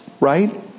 Right